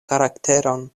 karakteron